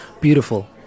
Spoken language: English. Beautiful